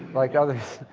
like others.